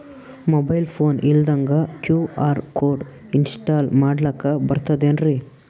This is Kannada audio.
ಮೊಬೈಲ್ ಫೋನ ಇಲ್ದಂಗ ಕ್ಯೂ.ಆರ್ ಕೋಡ್ ಇನ್ಸ್ಟಾಲ ಮಾಡ್ಲಕ ಬರ್ತದೇನ್ರಿ?